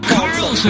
Carlson